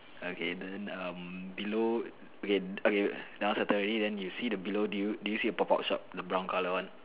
okay then um below okay okay the one settle already then you see the below do you do you see a pop up shop the brown colour one